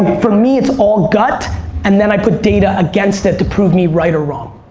for me, it's all gut and then i put data against it to prove me right or wrong.